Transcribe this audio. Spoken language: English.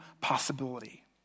possibility